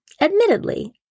Admittedly